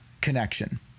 connection